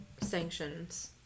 sanctions